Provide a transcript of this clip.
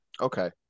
Okay